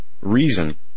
reason